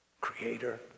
Creator